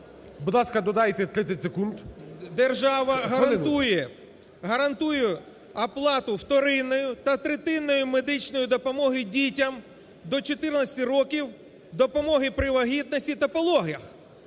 "Держава гарантує оплату вторинної та третинної медичної допомоги дітям до 14 років, допомоги при вагітності та пологах".